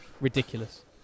ridiculous